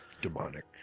Demonic